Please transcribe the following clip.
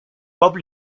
bob